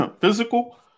physical